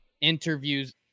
interviews